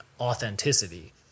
authenticity